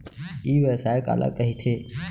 ई व्यवसाय काला कहिथे?